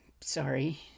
sorry